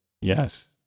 Yes